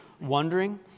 wondering